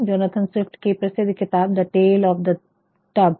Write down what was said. Jonathan Swift की प्रसिद्ध किताब the tale of the tub